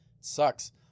sucks